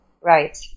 Right